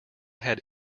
had